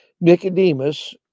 Nicodemus